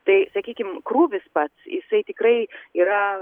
tai sakykim krūvis pats jisai tikrai yra